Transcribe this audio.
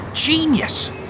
genius